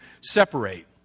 separate